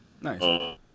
Nice